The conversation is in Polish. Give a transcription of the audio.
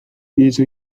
wiedzą